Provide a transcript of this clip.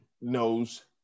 knows